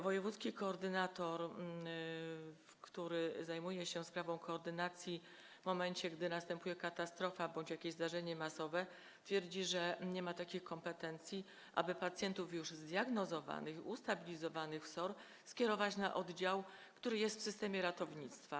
Wojewódzki koordynator, który zajmuje się sprawą koordynacji, w momencie gdy następuje katastrofa bądź jakieś zdarzenie masowe, twierdzi, że nie ma takiej kompetencji, aby pacjentów już zdiagnozowanych, ustabilizowanych w SOR, skierować na oddział, który jest w systemie ratownictwa.